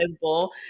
bowl